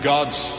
God's